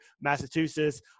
Massachusetts